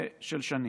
של שנים.